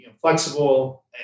flexible